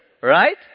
Right